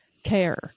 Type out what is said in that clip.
care